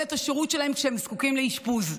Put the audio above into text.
את השירות שלהם כשהם זקוקים לאשפוז.